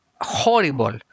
horrible